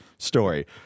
story